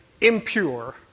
impure